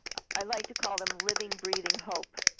i like to call them living breathing hope.